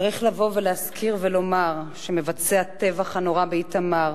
צריך לבוא ולהזכיר ולומר שמבצעי הטבח הנורא באיתמר,